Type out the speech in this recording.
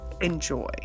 enjoy